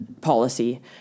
policy